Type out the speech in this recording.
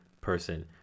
person